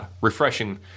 refreshing